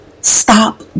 Stop